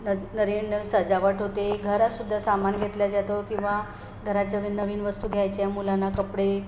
नज सजावट होते घरात सुद्धा सामान घेतल्या जातो किंवा घरात नवीन नवीन वस्तू घ्यायच्या मुलांना कपडे